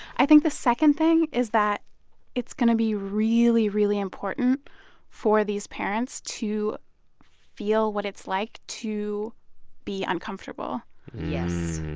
i think the second thing is that it's going to be really, really important for these parents to feel what it's like to be uncomfortable yes,